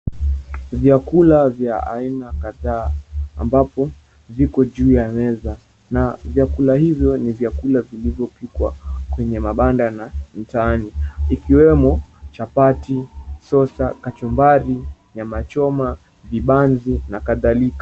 Vyakula vya aina kadhaa ambapo viko juu ya meza na vyakula hivyo ni vyakula vilivyopikwa kwenye mabanda na mtaani ikiwemo chapati, sosa, kachumbari, nyama choma, vibanzi na kadhalika.